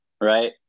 right